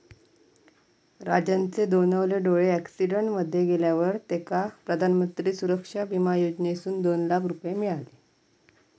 राजनचे दोनवले डोळे अॅक्सिडेंट मध्ये गेल्यावर तेका प्रधानमंत्री सुरक्षा बिमा योजनेसून दोन लाख रुपये मिळाले